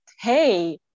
hey